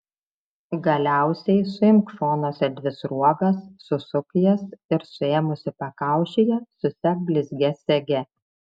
galiausiai suimk šonuose dvi sruogas susuk jas ir suėmusi pakaušyje susek blizgia sege